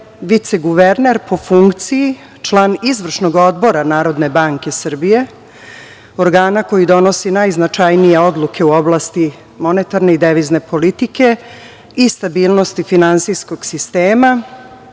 viceguverner po funkciji član Izvršnog odbora NBS, organa koji donosi najznačajnije odluke u oblasti monetarne i devizne politike i stabilnosti finansijskog sistema